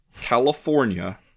California